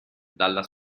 dalla